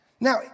Now